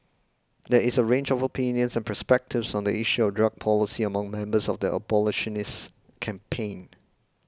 there is a range of opinions and perspectives on the issue drug policy among members of the abolitionist campaign